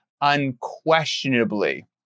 unquestionably